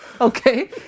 okay